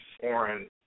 foreign